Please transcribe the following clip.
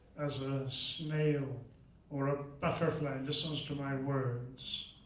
as a snail or a butterfly listens to my words.